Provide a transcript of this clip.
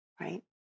right